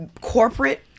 corporate